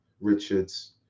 Richards